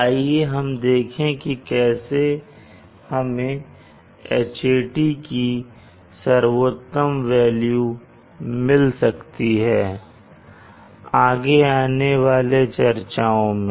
आइए देखें कि कैसे हमें Hat की सर्वोत्तम वेल्यू मिल सकती है आगे आने वाले चर्चाओं में